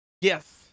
Yes